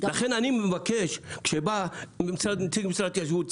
לכן אני מבקש כשבא נציג משרד ההתיישבות,